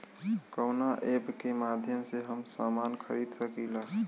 कवना ऐपके माध्यम से हम समान खरीद सकीला?